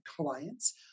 clients